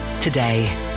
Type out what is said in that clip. today